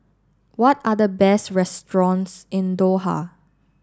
what are the best restaurants in Doha